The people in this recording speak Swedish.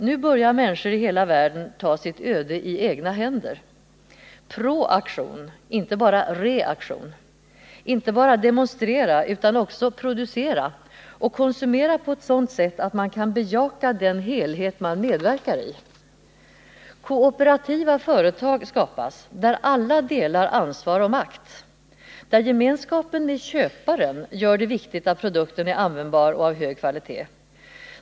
Nu börjar människor i hela världen ta sitt öde i egna händer: ”pro-aktion”, inte bara reaktion. Inte bara demonstrera, utan också producera, och konsumera på ett sådant sätt att man kan bejaka den helhet man medverkar i. Kooperativa företag skapas, där alla delar ansvar och makt. Där gemenskapen med köparen gör det viktigt att produkten är användbar och av hög kvalitet.